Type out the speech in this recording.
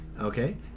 Okay